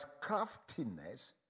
craftiness